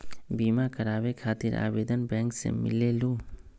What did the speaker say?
बिमा कराबे खातीर आवेदन बैंक से मिलेलु?